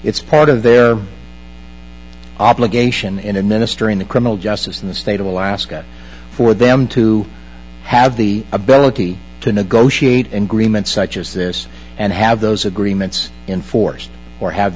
it's part of their obligation in a minister in the criminal justice in the state of alaska for them to have the ability to negotiate an agreement such as this and have those agreements in force or have